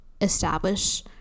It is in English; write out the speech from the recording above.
establish